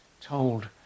told